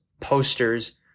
posters